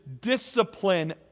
discipline